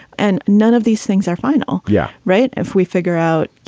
and none of these things are fine. all yeah right. if we figure out, you